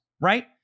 Right